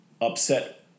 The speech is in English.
upset